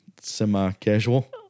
semi-casual